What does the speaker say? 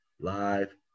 live